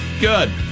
Good